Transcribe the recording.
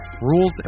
Rules